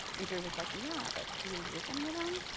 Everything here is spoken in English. and drew was like, yeah, but do you use any of them?